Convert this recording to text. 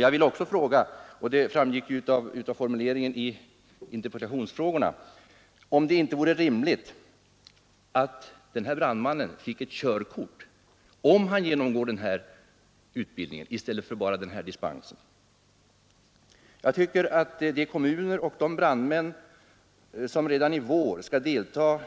Jag vili även fråga — den frågan antyddes också i interpellationen — om det inte vore rimligt att denne brandman, om han genomgår utbildningen, får ett körkort i stället för dispens. Jag tycker att de kommuner och de brandmän som redan i vår skall delta